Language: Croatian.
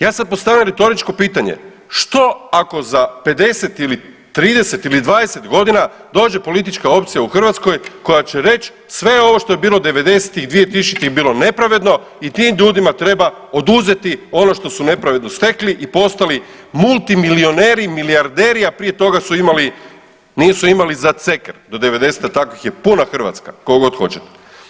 Ja sad postavljam retoričko pitanje, što ako za 50 ili 30 ili 20 godina dođe politička opcija u Hrvatskoj koja će reći sve ovo što je bilo '90.-ih i '20.-ih je bilo nepravedno i tim ljudima treba oduzeti ono što su nepravedno stekli i postali multimilioneri i milijarderi, a prije toga su imali, nisu imali za ceker do '90.-te, a takvih je puna Hrvatska, kog god hoćete.